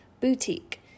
Boutique